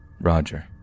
Roger